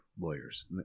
lawyers